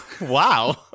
wow